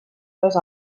les